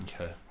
okay